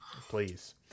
please